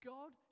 God